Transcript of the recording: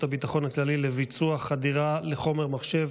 הביטחון הכללי לביצוע חדירה לחומר מחשב